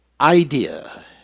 idea